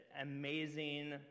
amazing